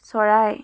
চৰাই